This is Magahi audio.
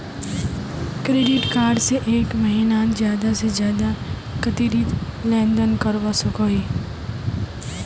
क्रेडिट कार्ड से एक महीनात ज्यादा से ज्यादा कतेरी लेन देन करवा सकोहो ही?